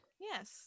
Yes